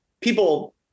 people